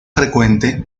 frecuente